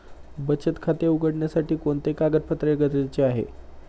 बचत खाते उघडण्यासाठी कोणते कागदपत्रे गरजेचे आहे?